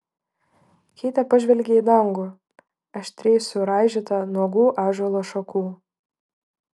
keitė pažvelgė į dangų aštriai suraižytą nuogų ąžuolo šakų